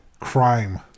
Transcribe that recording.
crime